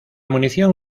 munición